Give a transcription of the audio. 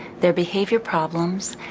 their behavior problems,